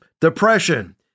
depression